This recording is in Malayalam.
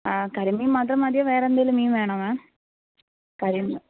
ആ കരിമീൻ മാത്രം മതിയോ വേറെ എന്തെങ്കിലും മീൻ വേണോ മാം കരിമ